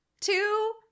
Two